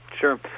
Sure